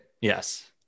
Yes